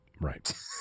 right